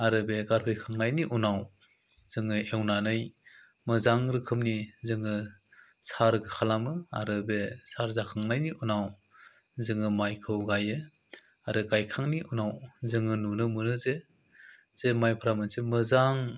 आरो बे गारफैखांनायनि उनाव जोङो एवनानै मोजां रोखोमनि जोङो सार खालामो आरो बे सार जाखांनायनि उनाव जोङो मायखौ गायो आरो गायखांनि उनाव जोङो नुनो मोनो जे जे मायफ्रा मोनसे मोजां